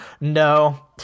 No